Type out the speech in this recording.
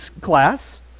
class